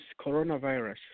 coronavirus